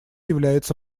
является